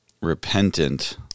repentant